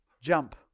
jump